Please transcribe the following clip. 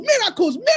miracles